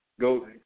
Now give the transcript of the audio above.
Go